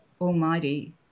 almighty